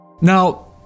Now